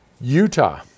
Utah